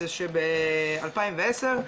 זה שב-2010 ,